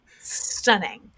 stunning